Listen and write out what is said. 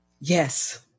Yes